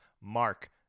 Mark